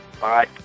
Bye